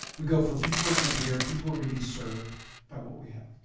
we go for people who are gonna care, people who are gonna be served by what we have.